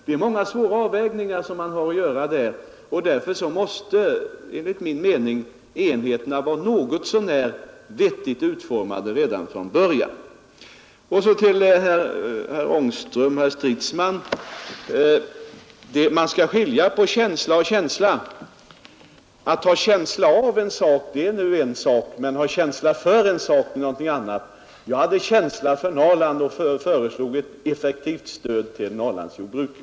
Det är många svåra avvägningar man skall göra i sådana sammanhang, och därför måste enligt min mening enheterna vara något sä när riktigt utformade redan från början. Sedan till herrar Ängström och Stridsman. Man skall skilja på känsla och känsla — att ha känsla av något är en sak men att ha känsla för något är en annan sak. Jag hade känsla för Norrland och föreslog ett effektivt stöd till Norrlandsjordbruket.